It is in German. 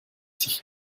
sich